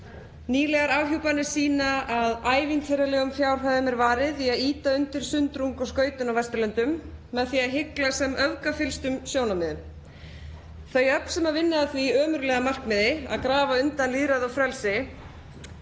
Nýlegar afhjúpanir sýna að ævintýralegum fjárhæðum er varið í að ýta undir sundrung og skautun á Vesturlöndum með því að hygla sem öfgafyllstu sjónarmiðum. Þau öfl sem vinni að því ömurlega markmiði að grafa undan lýðræði og frelsi